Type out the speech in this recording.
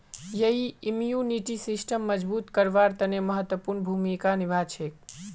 यई इम्यूनिटी सिस्टमक मजबूत करवार तने महत्वपूर्ण भूमिका निभा छेक